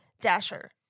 Dasher